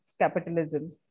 capitalism